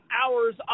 hours